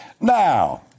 Now